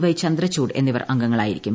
ഉപ്പ് ചന്ദ്രചൂഡ് എന്നിവർ അംഗങ്ങളായിരിക്കും